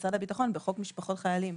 במשרד הביטחון בחוק משפחות חיילים.